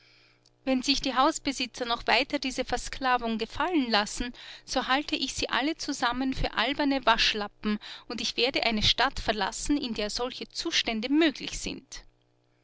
wenn sich die hausbesitzer noch weiter diese versklavung gefallen lassen so halte ich sie alle zusammen für alberne waschlappen und ich werde eine stadt verlassen in der solche zustände möglich sind